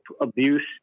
abuse